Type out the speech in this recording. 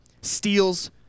steals